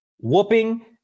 whooping